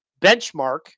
benchmark